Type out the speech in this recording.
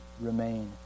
remain